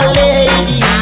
lady